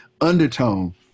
undertone